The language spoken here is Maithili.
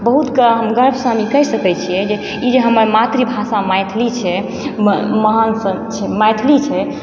बहुत गर्वसँ हम ई कहि सकैत छियै ई जे ई जे हमर मातृभाषा मैथिली छै महान छै मैथिली छै